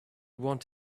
want